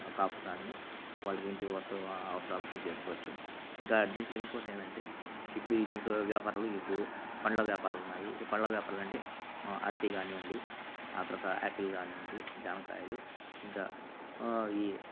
కాపురాన్ని వాళ్ళ ఇంటికి వస్తు అవసరాలు పూర్తిచేసుకోవచ్చు ఇంకా దీంట్లో ఇంకొకటి ఏందంటే ఇప్పుడు దీంట్లో వ్యాపారంలో ఇప్పుడు పండ్ల వ్యాపారాలు ఉన్నాయి ఈ పండ్ల వ్యాపారాలు అండి అరటి కానివ్వండి ఆ తర్వాత ఆపిల్ కానివ్వండి జామకాయలు ఇంకా ఈ